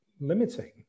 limiting